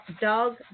Dog